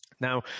Now